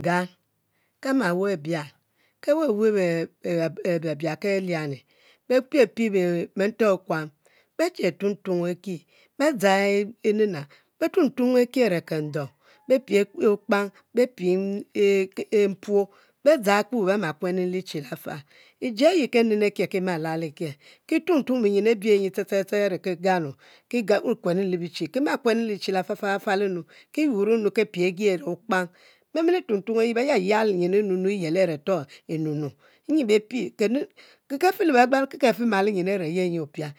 Gan kema weh bian ke weh weh be biab keluani, be pie pie bento kuam, be che tung tung e'ki a're kendo are okpang bepie mpuo, be dzang ku be ma kuenu nu lefal iji ay kenen iji ayi ken ke lal lal aki, kima kueno le bichi le fal fal nu ki yur e’ kire ki a're ogbang, be yalyal yin e'nu a're toh e'nu nu k be fe le begbalo, kibe fe mulo yin ayi yin ofia